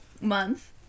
month